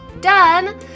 done